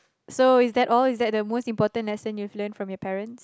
so is that all is that the most important lesson you learned from your parents